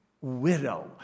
widow